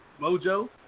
Mojo